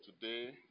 today